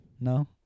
No